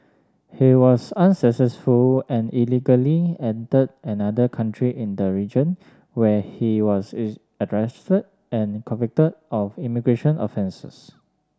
he was unsuccessful and illegally entered another country in the region where he was arrested and convicted of immigration offences